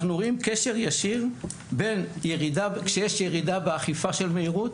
אנחנו רואים קשר ישיר כשיש ירידה באכיפה של מהירות,